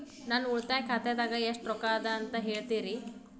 ನನ್ನ ಉಳಿತಾಯ ಖಾತಾದಾಗ ಎಷ್ಟ ರೊಕ್ಕ ಅದ ಅಂತ ಹೇಳ್ತೇರಿ?